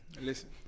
Listen